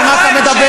על מה אתה מדבר?